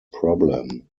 problem